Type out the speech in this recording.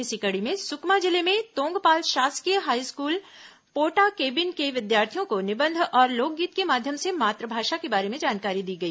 इसी कड़ी में सुकमा जिले में तोंगपाल शासकीय हाईस्कूल पोटाकेबिन के विद्यार्थियों को निबंध और लोकगीत के माध्यम से मातृभाषा के बारे में जानकारी दी गई